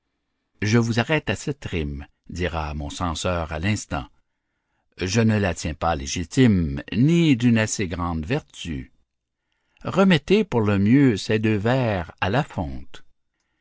je vous arrête à cette rime dira mon censeur à l'instant je ne la tiens pas légitime ni d'une assez grande vertu remettez pour le mieux ces deux vers à la fonte